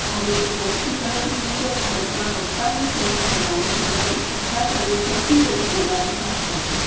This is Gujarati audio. ભારતની વસ્તી ગણતરી મુજબ ભારતમાં વક્તાઓની સંખ્યા પ્રમાણે ગુજરાતી છઠ્ઠા ક્રમે સૌથી વધુ બોલાતી ભાષા છે